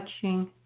touching